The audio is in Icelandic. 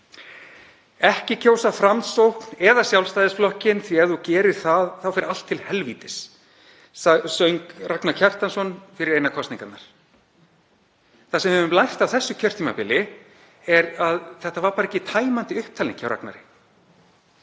„Ekki kjósa Framsókn eða Sjálfstæðisflokkinn, því ef þú gerir það þá fer allt til helvítis“, söng Ragnar Kjartansson fyrir einar kosningarnar. Það sem við höfum lært af þessu kjörtímabili er að þetta var bara ekki tæmandi upptalning hjá Ragnari.